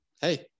Hey